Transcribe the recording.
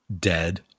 Dead